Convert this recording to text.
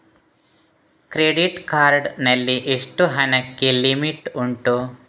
Credit card ನಲ್ಲಿ ಎಷ್ಟು ಹಣಕ್ಕೆ ಲಿಮಿಟ್ ಉಂಟು?